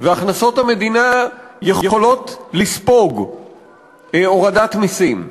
והכנסות המדינה יכולות לספוג הורדת מסים,